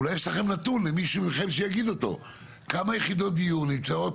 אולי יש לכם נתון כמה יחידות דיור נמצאות